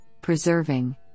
preserving